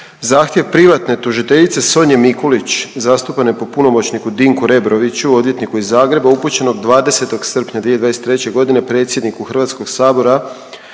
zahtjev privatne tužiteljice Sonje Mikulić, zastupane po punomoćniku Dinku Rebroviću, odvjetniku iz Zagreba, upućenog 20. srpnja 2023.g. predsjedniku HS za